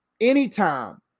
anytime